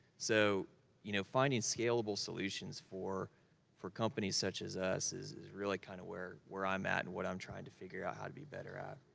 so you know, finding scalable solutions for for companies such as us is really kind of kinda where i'm at, and what i'm trying to figure out how to be better at.